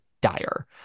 dire